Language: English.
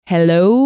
Hello